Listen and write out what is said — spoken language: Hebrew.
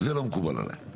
זה לא מקובל עליי.